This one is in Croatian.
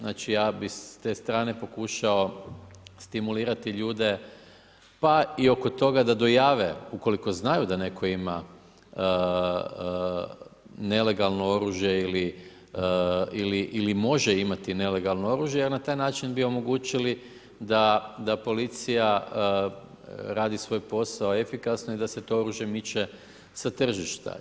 Znači, ja bi s te strane pokušao stimulirati ljude pa i oko toga da dojave, ukoliko znaju da netko ima nelegalno oružje ili može imati nelegalno oružje, jer na taj način bi omogućili da policija radi svoj posao efikasno i da se to oružje miče sa tržišta.